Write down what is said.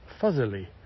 fuzzily